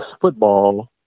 football